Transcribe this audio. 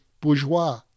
bourgeois